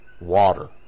water